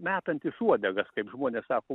metantys uodegas kaip žmonės sako